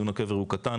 ציון הקבר הוא קטן,